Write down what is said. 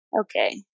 okay